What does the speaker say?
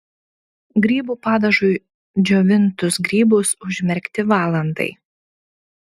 grybų padažui džiovintus grybus užmerkti valandai